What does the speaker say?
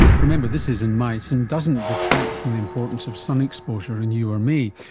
remember this is in mice and doesn't detract from the importance of sun exposure in you or me.